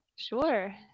Sure